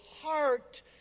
heart